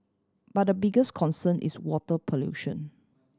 but the biggest concern is water pollution